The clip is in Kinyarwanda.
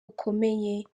bukomeye